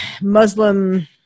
Muslim